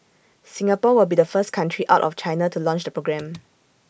Singapore will be the first country out of China to launch the programme